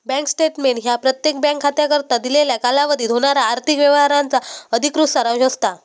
bank statement ह्या प्रत्येक bank खात्याकरता दिलेल्या कालावधीत होणारा आर्थिक व्यवहारांचा अधिकृत सारांश असता